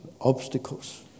Obstacles